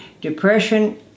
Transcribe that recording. depression